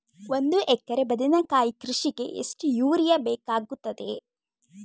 ಒಂದು ಎಕರೆ ಬದನೆಕಾಯಿ ಕೃಷಿಗೆ ಎಷ್ಟು ಯೂರಿಯಾ ಬೇಕಾಗುತ್ತದೆ?